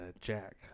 Jack